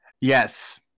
Yes